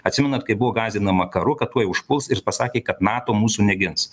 atsimenat kai buvo gąsdinama karu kad tuoj užpuls ir pasakė kad nato mūsų negins